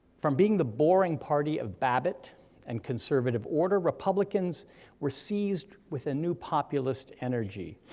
from being the boring party of babbitt and conservative order, republicans were seized with a new populist energy.